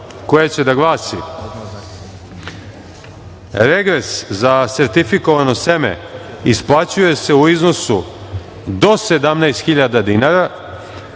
koja će da glasi: „regres za sertifikovano seme isplaćuje se u iznosu do 17.000 dinara